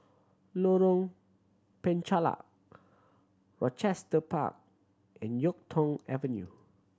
Lorong Penchalak Rochester Park and Yuk Tong Avenue